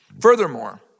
Furthermore